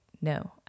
no